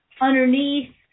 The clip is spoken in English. underneath